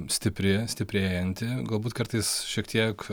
stipri stiprėjanti galbūt kartais šiek tiek